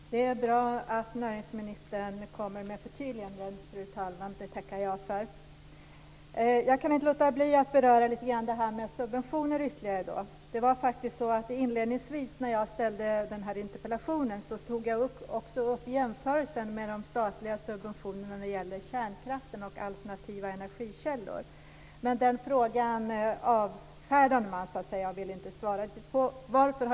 Fru talman! Det är bra att näringsministern kommer med förtydliganden. Det tackar jag för. Jag kan inte låta bli att beröra detta med subventioner. När jag ställde interpellationen tog jag också upp jämförelsen med statliga subventioner till kärnkraft och alternativa energikällor. Den frågan avfärdade man och ville inte svara på.